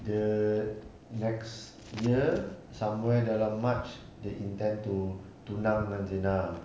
the next year somewhere dalam march they intend to tunang dengan zina